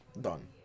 Done